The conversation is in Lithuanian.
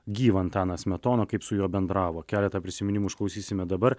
gyvą antaną smetoną kaip su juo bendravo keletą prisiminimų išklausysime dabar